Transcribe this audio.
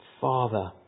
Father